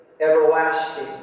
everlasting